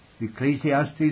Ecclesiastes